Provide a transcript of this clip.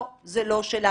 לא, זה לא שלנו.